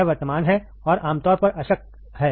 यह वर्तमान है और आमतौर पर अशक्त है